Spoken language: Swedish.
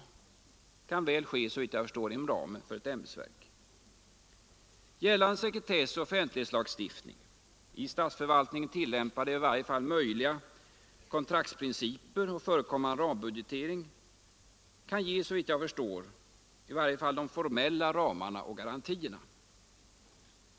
Detta kan såvitt jag förstår åstadkommas även inom ramen för ett ämbetsverk. Gällande sekretess och offentlighetslagstiftning samt i den statliga förvaltningen tillämpade — eller i varje fall möjliga - kontraktsprinciper och förekommande programbudgetering kan, såvitt jag förstår, ge i varje fall de formella ramarna och garantierna.